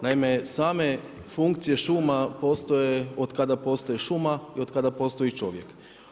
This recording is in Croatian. Naime, same funkcije šuma postoje od kada postoji šuma i od kada postoji čovjek.